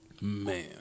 Man